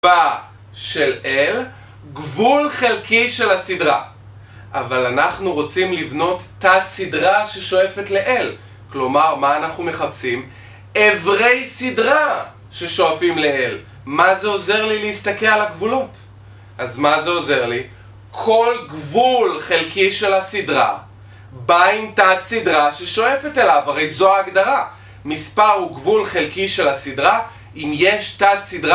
מספר של L גבול חלקי של הסדרה אבל אנחנו רוצים לבנות תת סדרה ששואפת לL כלומר, מה אנחנו מחפשים? אברי סדרה ששואפים לאל מה זה עוזר לי להסתכל על הגבולות? אז מה זה עוזר לי? כל גבול חלקי של הסדרה בא עם תת סדרה ששואפת אליו הרי זו ההגדרה מספר הוא גבול חלקי של הסדרה אם יש תת סדרה